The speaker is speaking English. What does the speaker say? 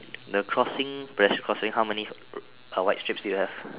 the crossing pedestrian crossing how many white stripes do you have